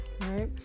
right